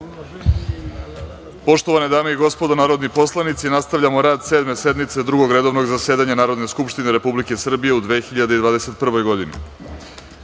Poštovane dame i gospodo narodni poslanici, nastavljamo rad Sedme sednice Drugog redovnog zasedanja Narodne skupštine Republike Srbije u 2021. godini. Na